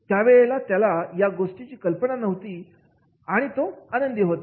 ज्या वेळेला त्याला या गोष्टीची कल्पना नव्हती तेव्हा तो आनंदी होता